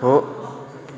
हो